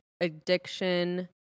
addiction